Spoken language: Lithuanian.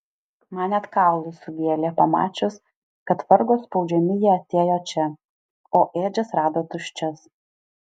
man net kaulus sugėlė pamačius kad vargo spaudžiami jie atėjo čia o ėdžias rado tuščias